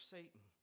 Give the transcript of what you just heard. Satan